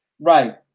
Right